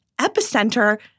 epicenter